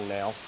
now